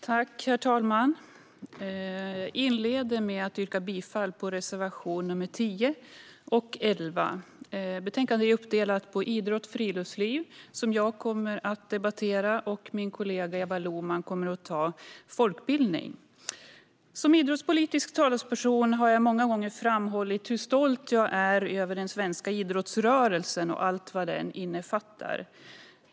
Herr talman! Jag inleder med att yrka bifall till reservationerna 10 och 11. Betänkandet är uppdelat på idrott och friluftsliv, som jag kommer att debattera, samt folkbildning, som min kollega Eva Lohman kommer att debattera. Idrott, friluftsliv och folkbildning Som idrottspolitisk talesperson har jag många gånger framhållit hur stolt jag är över den svenska idrottsrörelsen och allt vad den innefattar.